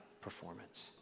performance